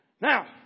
Now